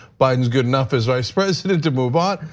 biden's good enough as vice president to move on.